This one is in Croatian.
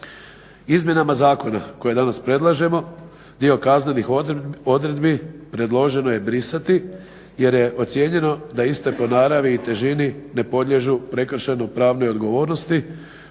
Izmjenama zakona koje danas predlažemo dio kaznenih odredbi predloženo je brisati jer je ocijenjeno da iste po naravi i težini ne podliježu prekršajno-pravnoj odgovornosti